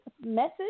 message